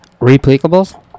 Replicables